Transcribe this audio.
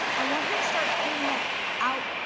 i want you to start putting that out,